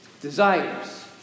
desires